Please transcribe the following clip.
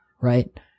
Right